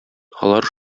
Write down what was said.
алар